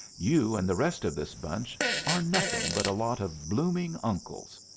you and the rest of this bunch are nothing but a lot of blooming uncles.